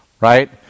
right